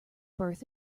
birth